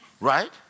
right